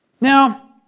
Now